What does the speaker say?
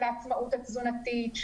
של העצמאות התזונתית,